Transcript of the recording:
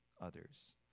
others